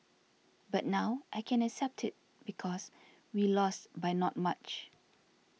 but now I can accept it because we lost by not much